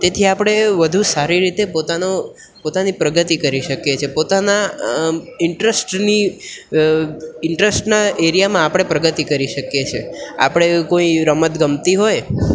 તેથી આપણે વધુ સારી રીતે પોતાનો પોતાની પ્રગતિ કરી શકીએ છીએ પોતાના ઇન્ટરેસ્ટને ઇન્ટરેસ્ટના એરિયામાં આપણે પ્રગતિ કરી શકીએ છે આપણે કોઈ રમત ગમતી હોય